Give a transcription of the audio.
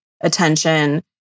attention